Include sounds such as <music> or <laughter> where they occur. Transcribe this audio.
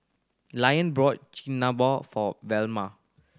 <unintelligible> bought Chigenabe for Velma